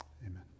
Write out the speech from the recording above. Amen